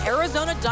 Arizona